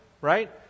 right